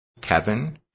Kevin